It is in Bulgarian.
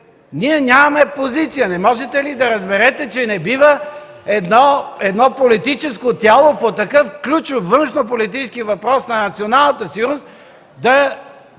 Ние нямаме позиция! Не можете ли да разберете, че не бива едно политическо тяло по такъв ключов външнополитически въпрос на националната сигурност да